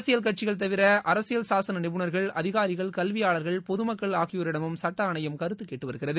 அரசியல் கட்சிகள் தவிர அரசியல் சாசன நிபுணர்கள் அதிகாரிகள் கல்வியாளர்கள் பொதுமக்கள் ஆகியோரிடமும் சட்ட ஆணையம் கருத்து கேட்டுள்ளது